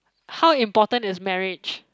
how important is marriage